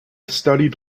studied